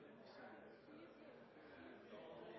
det er, som vi